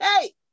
hey